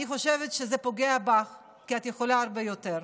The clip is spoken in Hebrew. אני חושבת שזה פוגע בך, כי את יכולה הרבה יותר.